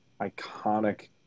iconic